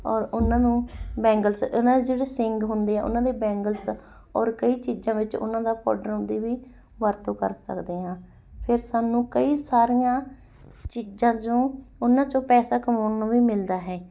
ਔਰ ਉਹਨਾਂ ਨੂੰ ਬੈਂਗਲਸ ਉਹਨਾਂ ਦੇ ਜਿਹੜੇ ਸਿੰਗ ਹੁੰਦੇ ਆ ਉਹਨਾਂ ਦੇ ਬੈਂਗਲਸ ਦਾ ਔਰ ਕਈ ਚੀਜ਼ਾਂ ਵਿੱਚ ਉਹਨਾਂ ਦਾ ਪਾਊਡਰ ਉਹਦੀ ਵੀ ਵਰਤੋਂ ਕਰ ਸਕਦੇ ਹਾਂ ਫਿਰ ਸਾਨੂੰ ਕਈ ਸਾਰੀਆਂ ਚੀਜ਼ਾਂ ਜੋ ਉਹਨਾਂ ਚੋਂ ਪੈਸਾ ਕਮਾਉਣ ਨੂੰ ਵੀ ਮਿਲਦਾ ਹੈ